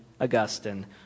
Augustine